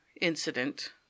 incident